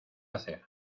hacer